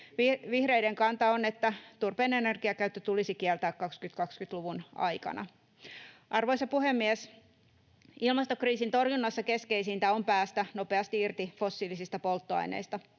Vihreiden kanta on, että turpeen energiakäyttö tulisi kieltää 2020-luvun aikana. Arvoisa puhemies! Ilmastokriisin torjunnassa keskeisintä on päästä nopeasti irti fossiilisista polttoaineista.